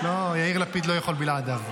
לא, יאיר לפיד לא יכול בלעדיו.